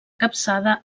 capçada